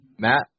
Matt